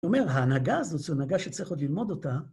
אומר, ההנהגה הזאת זו הנהגה שצריך עוד ללמוד אותה.